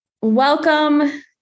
welcome